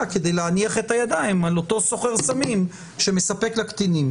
כדי להניח את הידיים על אותו סוחר סמים שמספק לקטינים.